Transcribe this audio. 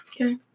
Okay